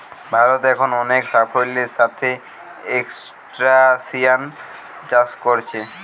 ভারত এখন অনেক সাফল্যের সাথে ক্রস্টাসিআন চাষ কোরছে